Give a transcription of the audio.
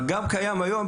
אבל הוא קיים כבר היום.